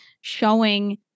showing